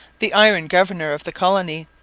the iron governor of the colony,